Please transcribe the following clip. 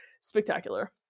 spectacular